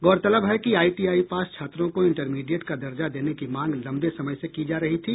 गौरतलब है कि आईटीआई पास छात्रों को इंटरमीडिएट का दर्जा देने की मांग लंबे समय से की जा रही थी